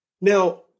Now